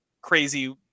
crazy